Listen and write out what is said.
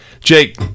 Jake